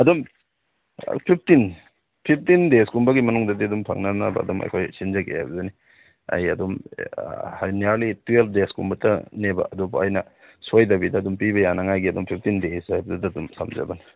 ꯑꯗꯨꯝ fifteen fifteen days ꯀꯨꯝꯕꯒꯤ ꯃꯅꯨꯡꯗꯗꯤ ꯑꯗꯨꯝ ꯐꯪꯅꯅꯕ ꯑꯗꯨꯝ ꯑꯩꯈꯣꯏ ꯁꯤꯟꯖꯒꯦ ꯍꯥꯏꯕꯗꯨꯅꯤ ꯑꯩ ꯑꯗꯨꯝ ꯅꯤꯌꯥꯔꯂꯤ ꯇꯨꯋꯦꯜꯞ ꯗꯦꯁ ꯀꯨꯝꯕꯇꯅꯦꯕ ꯑꯗꯨꯕꯨ ꯑꯩꯅ ꯁꯣꯏꯗꯕꯤꯗ ꯑꯗꯨꯝ ꯄꯤꯕ ꯌꯥꯅꯉꯥꯏꯒꯤ ꯑꯗꯨꯃ ꯐꯤꯐꯇꯤꯟ ꯗꯦꯁ ꯑꯗꯨꯗ ꯑꯗꯨꯃ ꯊꯝꯖꯕꯅꯤ